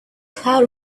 cloud